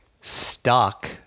stuck